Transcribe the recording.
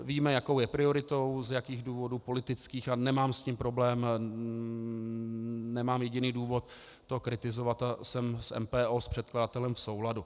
Víme, jakou je prioritou, z jakých důvodů politických, a nemám s tím problém, nemám jediný důvod to kritizovat, a jsem s MPO, předkladatelem, v souladu.